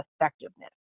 effectiveness